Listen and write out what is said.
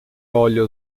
olha